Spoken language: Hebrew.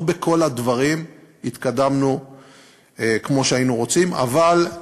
לא בכל הדברים התקדמנו כמו שהיינו רוצים, אבל,